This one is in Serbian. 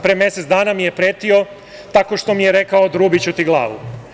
Pre mesec dana mi je pretio, tako što mi je rekao – odrubiću ti glavu.